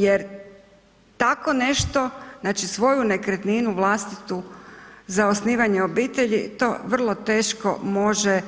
Jer tako nešto, znači svoju nekretninu, vlastitu za osnivanje obitelji, to vrlo teško može,